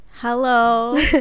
hello